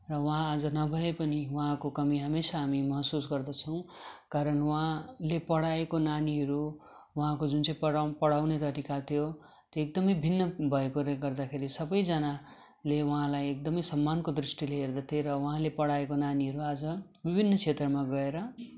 र उहाँ आज नभए पनि उहाँको कमी हमेसा हामी महसुस गर्दछौँ कारण उहाँले पढाएको नानीहरू उहाँको जुन चाहिँ पढाउ पढाउने तरिका थियो त्यो त्यो एकदमै भिन्न भएकाले गर्दाखेरि सबैजनाले उहाँलाई एकदमै सम्मानको दृष्टिले हेर्दथे र उहाँले पढाएको नानीहरू आज विभिन्न क्षेत्रमा गएर